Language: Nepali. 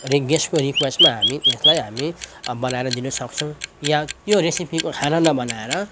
गेस्टको रिक्वेस्टमा हामी त्यसलाई हामी अब बनाएर दिन सक्छौँ या त्यो रेसिपीको खाना नबनाएर